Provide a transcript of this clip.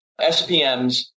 SPMs